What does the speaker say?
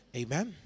amen